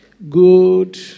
Good